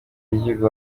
y’igihugu